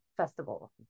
festival